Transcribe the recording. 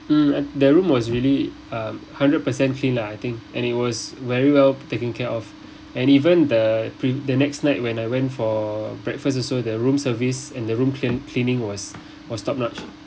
mm the room was really um hundred percent feel lah I think and it was very well taken care of and even the print the next night when I went for breakfast also the room service and the room clean cleaning was was top notch